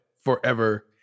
forever